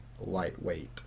lightweight